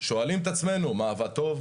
שואלים את עצמנו מה עבד טוב,